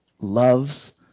loves